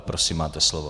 Prosím, máte slovo.